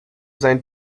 sein